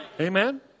Amen